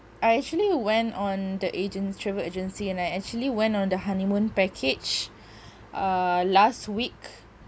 I actually went on the agent's travel agency and I actually went on the honeymoon package uh last week